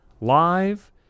live